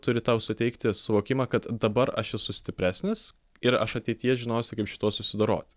turi tau suteikti suvokimą kad dabar aš esu stipresnis ir aš ateityje žinosiu kaip šituo susidoroti